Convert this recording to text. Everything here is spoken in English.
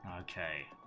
Okay